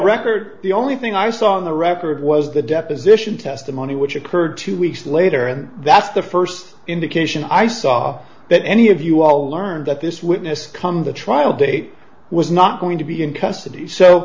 record the only thing i saw on the record was the deposition testimony which occurred two weeks later and that's the first indication i saw that any of you all learned that this witness come the trial date was not going to be in custody so